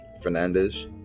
Fernandez